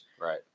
Right